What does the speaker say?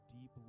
deep